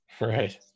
Right